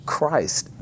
Christ